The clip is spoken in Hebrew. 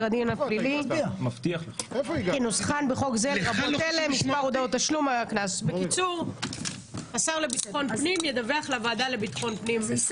הדין הפלילי- -- בקיצור השר לביטחון פנים ידווח לוועדה לביטחון פנים.